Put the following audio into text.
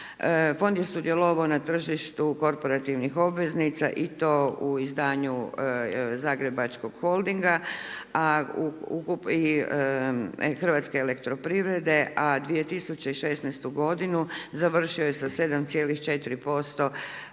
Fond je sudjelovao na tržištu korporativnih obveznica i to u izdanju Zagrebačkog Holdinga i HEP-a a 2016. godinu završio je sa 7,4%